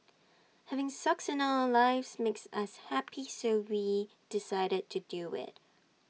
having socks in our lives makes us happy so we decided to do IT